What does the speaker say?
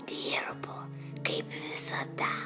dirbu kaip visada